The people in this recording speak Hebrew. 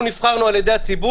אנחנו נבחרנו על ידי הציבור,